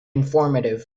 informative